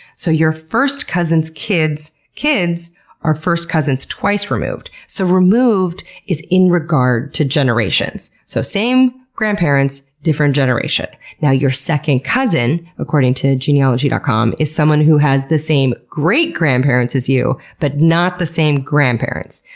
so your first cousin's kid's kids are first cousins twice removed. so removed is in regard to generations. so same grandparents, different generation. now your second cousin, according to genealogy dot com, is someone who has the same great-grandparents as you, but not the same grandparents.